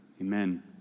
Amen